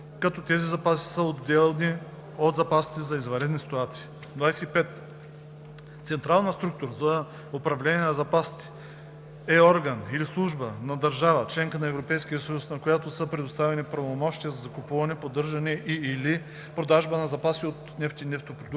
като тези запаси са отделни от запасите за извънредни ситуации. 25. „Централна структура за управление на запасите“ е орган или служба на държава – членка на Европейския съюз, на която са предоставени правомощия за закупуване, поддържане и/или продажба на запаси от нефт и нефтопродукти,